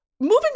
Moving